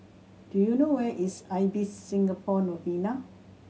do you know where is Ibis Singapore Novena